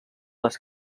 les